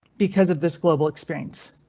because of this global experience.